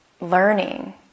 learning